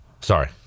Sorry